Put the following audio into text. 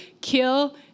kill